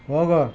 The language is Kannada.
ಹೋಗು